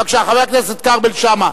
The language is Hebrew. בבקשה, חבר הכנסת כרמל שאמה.